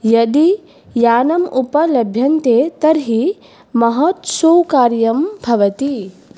यदि यानम् उपलभ्यते तर्हि महत् सौकर्यं भवति